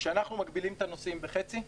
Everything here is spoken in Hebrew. כשאנחנו מגבילים את הנוסעים בחצי,